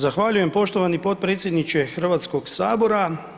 Zahvaljujem poštovani potpredsjedniče Hrvatskoga sabora.